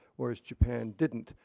whereas, japan didn't.